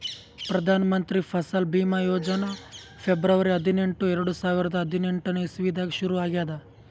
ಪ್ರದಾನ್ ಮಂತ್ರಿ ಫಸಲ್ ಭೀಮಾ ಯೋಜನಾ ಫೆಬ್ರುವರಿ ಹದಿನೆಂಟು, ಎರಡು ಸಾವಿರದಾ ಹದಿನೆಂಟನೇ ಇಸವಿದಾಗ್ ಶುರು ಆಗ್ಯಾದ್